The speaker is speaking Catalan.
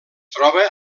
troba